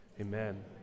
amen